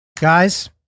Guys